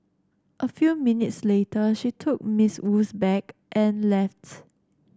a few minutes later she took Miss Wu's bag and left